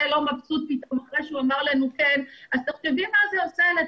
לא מבסוט אחרי שהוא כבר אמר לנו "כן",